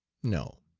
no.